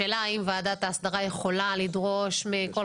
השאלה אם ועדת ההסדרה יכולה לדרוש מכל